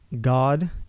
God